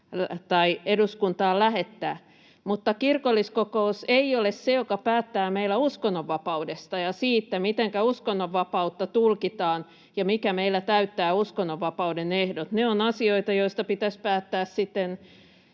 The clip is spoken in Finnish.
tai eduskuntaan lähettää, mutta kirkolliskokous ei ole se, joka päättää meillä uskonnonvapaudesta ja siitä, mitenkä uskonnonvapautta tulkitaan ja mikä meillä täyttää uskonnonvapauden ehdot. Ne ovat asioita, joista pitäisi päättää sitten